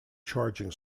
charging